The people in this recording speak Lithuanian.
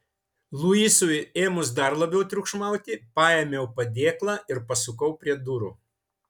luisui ėmus dar labiau triukšmauti paėmiau padėklą ir pasukau prie durų